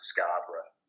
Scarborough